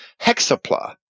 Hexapla